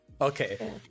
Okay